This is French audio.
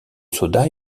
soda